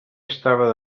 estava